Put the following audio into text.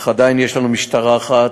אך עדיין יש לנו משטרה אחת,